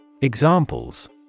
Examples